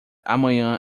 amanhã